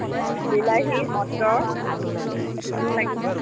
বিলাহী মটৰ সেইখিনিও লাগিব